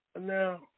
Now